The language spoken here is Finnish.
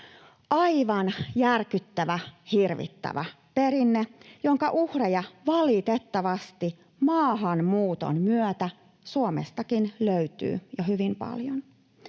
aivan järkyttävä, hirvittävä perinne, jonka uhreja valitettavasti maahanmuuton myötä Suomestakin löytyy jo hyvin paljon.